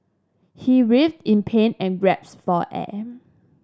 he writhed in pain and gasped for air